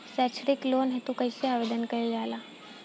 सैक्षणिक लोन हेतु कइसे आवेदन कइल जाला?